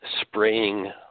spraying